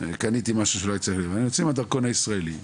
קניתי משהו שלא הייתי צריך ואני יוצא עם הדרכון הישראלי,